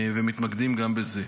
ומתמקדים גם בזה.